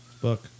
Book